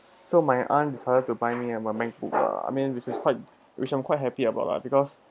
so my aunt decided to buy me and my macbook lah I mean which is quite which I'm quite happy about lah because